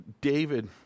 David